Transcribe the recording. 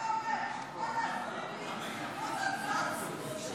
הצעת הסיכום של